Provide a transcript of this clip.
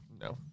No